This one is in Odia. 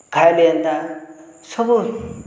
ଖାଏଲେ ଏନ୍ତା ସବୁ